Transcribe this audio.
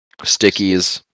stickies